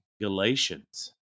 Galatians